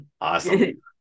awesome